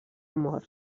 mort